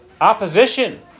opposition